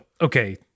Okay